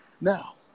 Now